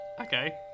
Okay